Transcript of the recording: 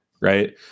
right